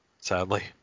sadly